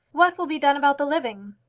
what will be done about the living?